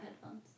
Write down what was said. headphones